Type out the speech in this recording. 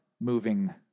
moving